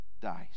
dice